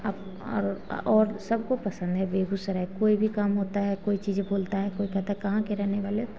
और सबको पसंद है बेगूसराय कोई भी काम होता है कोई चीज बोलता है कोई कहता है कहाँ के रहने वाले हो